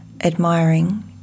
admiring